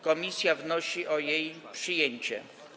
Komisja wnosi o jej przyjęcie.